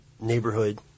neighborhood